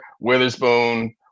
Witherspoon